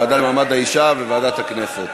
לוועדה למעמד האישה ולוועדת הכנסת.